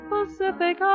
Pacific